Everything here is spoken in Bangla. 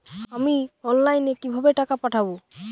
আমি অনলাইনে কিভাবে টাকা পাঠাব?